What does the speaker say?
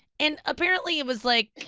and apparently it was like,